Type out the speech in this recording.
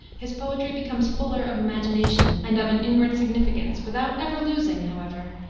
his poetry becomes fuller of imagination and of an inward significance, without ever losing, however,